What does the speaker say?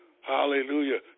hallelujah